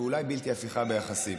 ואולי בלתי הפיכה ביחסים.